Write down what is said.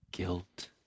Guilt